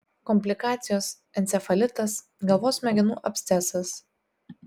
komplikacijos encefalitas galvos smegenų abscesas